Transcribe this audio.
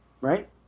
right